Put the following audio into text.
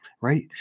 right